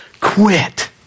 quit